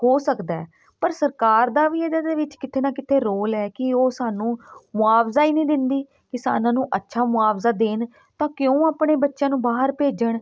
ਹੋ ਸਕਦਾ ਪਰ ਸਰਕਾਰ ਦਾ ਵੀ ਇਹਨਾਂ ਦੇ ਵਿੱਚ ਕਿਤੇ ਨਾ ਕਿਤੇ ਰੋਲ ਹੈ ਕਿ ਉਹ ਸਾਨੂੰ ਮੁਆਵਜ਼ਾ ਹੀ ਨਹੀਂ ਦਿੰਦੀ ਕਿਸਾਨਾਂ ਨੂੰ ਅੱਛਾ ਮੁਆਵਜ਼ਾ ਦੇਣ ਤਾਂ ਕਿਉਂ ਆਪਣੇ ਬੱਚਿਆਂ ਨੂੰ ਬਾਹਰ ਭੇਜਣ